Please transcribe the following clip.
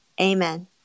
amen